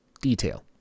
detail